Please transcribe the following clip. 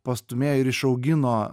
pastūmėjo ir išaugino